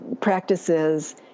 practices